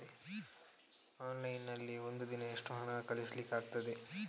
Online ನಲ್ಲಿ ಒಂದು ದಿನ ಎಷ್ಟು ಹಣ ಕಳಿಸ್ಲಿಕ್ಕೆ ಆಗ್ತದೆ?